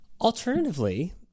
Alternatively